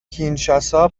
کینشاسا